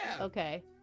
Okay